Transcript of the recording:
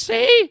See